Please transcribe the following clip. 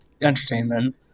entertainment